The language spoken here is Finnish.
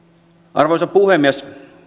arvoisa puhemies